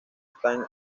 están